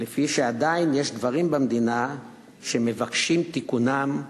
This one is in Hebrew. לפי שעדיין יש דברים במדינה שמבקשים תיקונם,